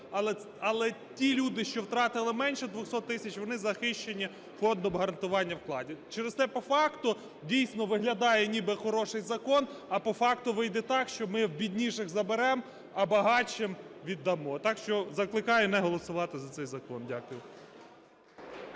Але ті люди, що втратили менше 200 тисяч, вони захищені Фондом гарантування вкладів. Через те по факту, дійсно, виглядає ніби хороший закон. А по факту вийде так, що ми у бідніших заберемо, а багатшим – віддамо. Так що закликаю не голосувати за цей закон. Дякую.